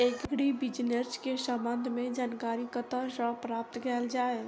Agri business केँ संबंध मे जानकारी कतह सऽ प्राप्त कैल जाए?